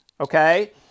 okay